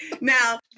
Now